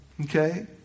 Okay